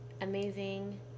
amazing